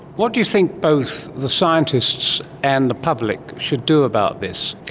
what do you think both the scientists and the public should do about this?